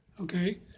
okay